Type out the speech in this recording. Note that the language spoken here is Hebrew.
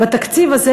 בתקציב הזה,